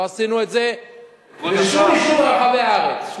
לא עשינו את זה בשום יישוב ברחבי הארץ.